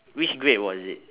which grade was it